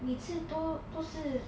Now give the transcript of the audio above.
每次都不是